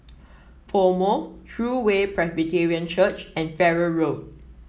PoMo True Way Presbyterian Church and Farrer Road